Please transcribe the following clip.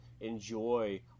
enjoy